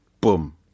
Boom